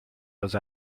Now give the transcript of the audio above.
los